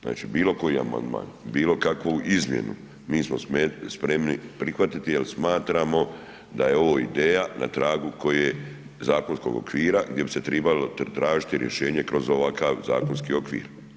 Znači bilo koji amandman, bilo kakvu izmjenu, mi smo spremi prihvatiti jer smatramo da je ovo ideja na tragu kojeg zakonskog okvira gdje bi se trebalo tražiti rješenje kroz ovakav zakonski okvir.